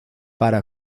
para